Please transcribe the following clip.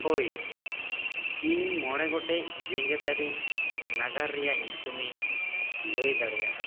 ᱦᱳᱭ ᱤᱧ ᱢᱚᱬᱮ ᱜᱚᱴᱮᱡ ᱡᱮᱜᱮᱛᱟᱹᱨᱤ ᱱᱟᱜᱟᱨ ᱨᱮᱭᱟᱜ ᱧᱩᱛᱩᱢ ᱤᱧ ᱞᱟᱹᱭ ᱫᱟᱲᱮᱭᱟᱜᱼᱟ